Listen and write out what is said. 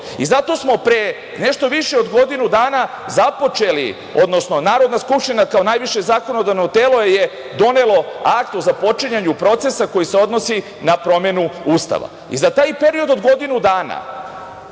smo pre nešto više od godinu dana započeli, odnosno Narodna Skupština kao najviše zakonodavno telo je donelo akt o započinjanju procesa koji se odnosi na promenu Ustava. Za taj period od godinu dana